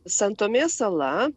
san tomė sala